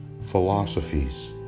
philosophies